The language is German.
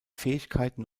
fähigkeiten